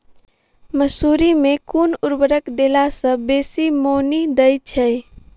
मसूरी मे केँ उर्वरक देला सऽ बेसी मॉनी दइ छै?